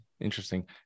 Interesting